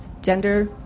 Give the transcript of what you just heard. gender